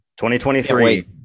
2023